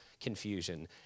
confusion